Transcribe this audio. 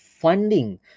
funding